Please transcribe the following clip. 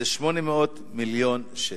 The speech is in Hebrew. זה 800 מיליון שקל.